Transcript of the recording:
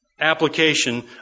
application